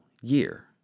year